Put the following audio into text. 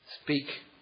Speak